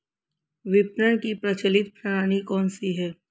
विपणन की प्रचलित प्रणाली कौनसी है?